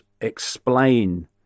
explain